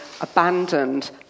abandoned